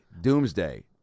Doomsday